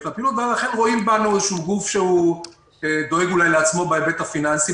אפילו ב --- רואים בנו איזה שהוא גוף שדואג לעצמו בהיבט הפיננסי,